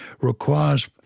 requires